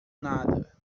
nada